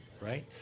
right